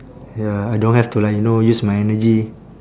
ya I don't have to like you know use my energy